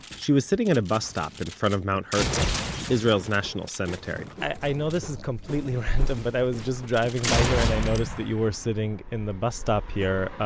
she was sitting at a bus stop in front of mount herzl, so israel's national cemetery i know this is completely random, but i was just driving by here, and i noticed that you were sitting in the bus stop here, umm,